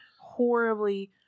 horribly